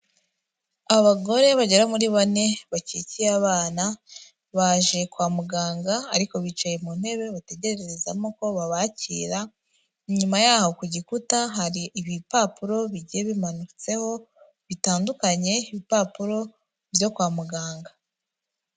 Abagore bagera muri bane bakikiye abana baje kwa muganga ariko bicaye mu ntebe bategerererezamo ko babakira, inyuma yaho ku gikuta hari ibipapuro bigiye bimanutseho bitandukanye, ibipapuro byo kwa muganga.